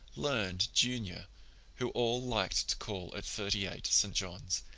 learned junior who all liked to call at thirty-eight, st. john's,